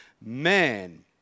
man